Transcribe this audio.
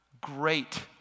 great